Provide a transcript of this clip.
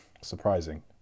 Surprising